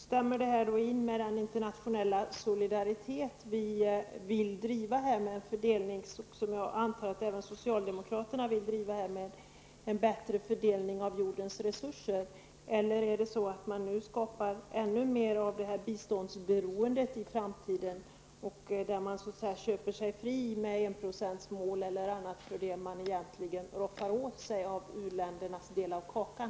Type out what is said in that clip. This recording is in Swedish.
Stämmer det med den internationella solidaritet som vi vill driva -- och som jag antar att även socialdemokraterna vill driva -- med en bättre fördelning av jordens resurser? Eller skapar man nu ännu mer av biståndsberoende i framtiden, där man med enprocentsmål och annat köper sig fri för det man egentligen roffar åt sig av u-ländernas del av kakan?